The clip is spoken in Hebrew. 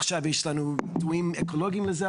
עכשיו יש לנו ביטויים אקולוגים לזה,